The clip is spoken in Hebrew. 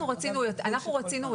אנחנו רצינו לפני.